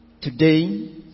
today